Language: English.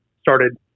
started